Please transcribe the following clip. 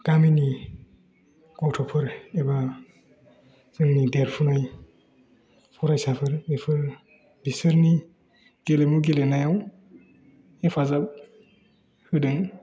गामिनि गथ'फोर एबा जोंनि देरफुनाय फरायसाफोर बेफोर बिसोरनि गेलेमु गेलेनायाव हेफाजाब होदों